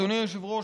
אדוני היושב-ראש,